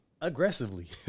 aggressively